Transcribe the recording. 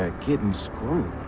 ah getting screwed.